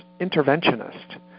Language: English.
interventionist